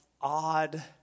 odd